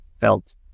felt